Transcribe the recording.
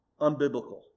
Unbiblical